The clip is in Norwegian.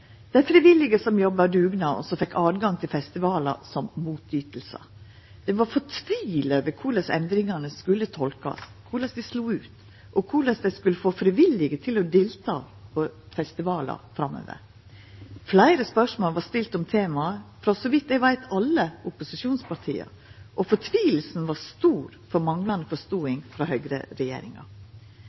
Dei frivillige som jobbar dugnad og har fått åtgang til festivalar som motyting, var fortvilte over korleis endringane skulle tolkast, korleis dei slo ut, og korleis ein skulle få frivillige til å delta på festivalar framover. Fleire spørsmål vart stilte om temaet, så vidt eg veit frå alle opposisjonspartia, og fortvilinga var stor over manglande forståing frå høgreregjeringa.